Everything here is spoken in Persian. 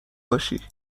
باشی